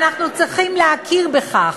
ואנחנו צריכים להכיר בכך.